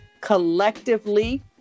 collectively